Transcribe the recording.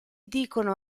dicono